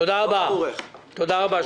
תודה רבה.